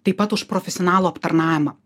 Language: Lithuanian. taip pat už profesionalų aptarnavimą